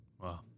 wow